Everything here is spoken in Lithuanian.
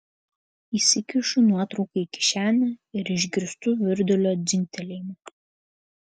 įsikišu nuotrauką į kišenę ir išgirstu virdulio dzingtelėjimą